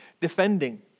defending